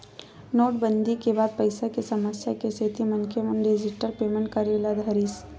नोटबंदी के बाद पइसा के समस्या के सेती मनखे मन डिजिटल पेमेंट करे ल धरिस